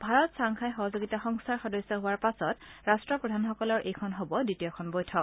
Bharat Shanghai সহযোগিতা সংস্থাৰ সদস্য হোৱাৰ পাছত ৰাট্টপ্ৰধানসকলৰ এইখন হব দ্বিতীয়খন বৈঠক